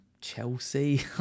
Chelsea